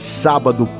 sábado